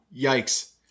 Yikes